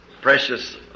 precious